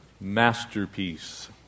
Masterpiece